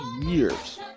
years